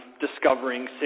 discovering